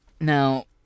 Now